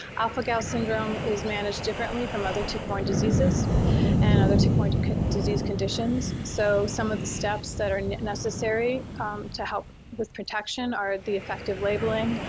alpha-gal syndrome is managed differently from other tick-borne diseases and other tick-borne disease conditions. so, some of the steps that are necessary to help with protection are the effective labeling,